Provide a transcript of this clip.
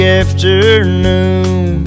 afternoon